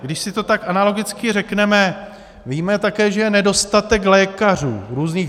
Když si to tak analogicky řekneme, víme také, že je nedostatek lékařů, různých.